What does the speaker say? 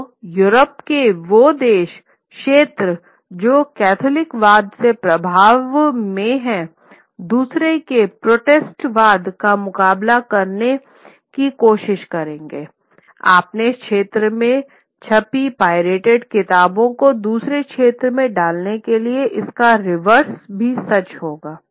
तो यूरोप के वो देशक्षेत्र जो कैथोलिकवाद के प्रभाव में हैं दूसरे में प्रोटेस्टेंटवाद का मुकाबला करने की कोशिश करेंगे अपने क्षेत्र में छपी पायरेटेड किताबों को दूसरे क्षेत्र में डालने के लिए इसका रिवर्स भी सच होगा